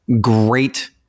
great